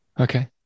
Okay